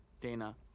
Dana